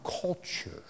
culture